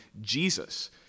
Jesus